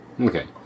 Okay